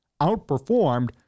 outperformed